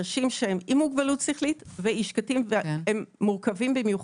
אנשים שהם עם מוגבלות שכלית והם מורכבים במיוחד.